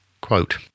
quote